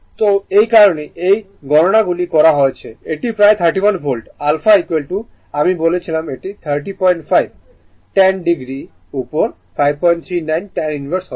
সুতরাং এই কারণেই এই গণনাগুলি করা হয়েছে এটি প্রায় 31 ভোল্ট আলফা আমি বলেছিলাম এটি 305 10 o এর উপর 539 tan ইনভার্স হবে